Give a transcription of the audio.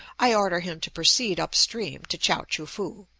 i order him to proceed up stream to chao-choo-foo.